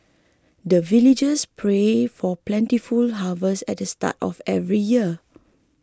the villagers pray for plentiful harvest at the start of every year